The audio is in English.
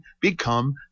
become